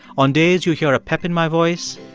on days you hear a pep in my voice,